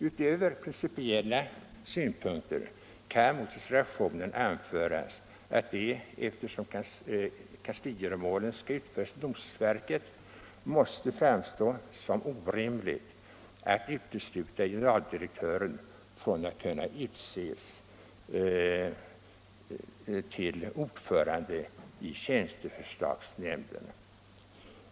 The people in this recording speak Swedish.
Utöver principiella synpunkter kan mot reservationen anföras att det, eftersom kansligöromålen skall utföras i domstolsverket, måste framstå som orimligt att utesluta generaldirektören från att kunna utses till ordförande i tjänsteförslagsnämnden.